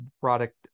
product